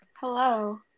Hello